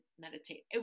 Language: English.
meditate